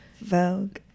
Vogue